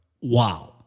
Wow